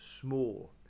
small